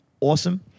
awesome